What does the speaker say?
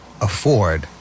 afford